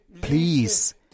Please